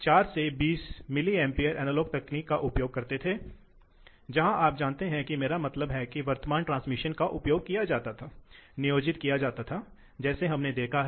इसलिए हम दो सबसे सामान्य तकनीकों को देखने जा रहे हैं और यह दिखाते हैं कि उनकी ऊर्जा की विशेषताएँ अलग कैसे होने जा रही हैं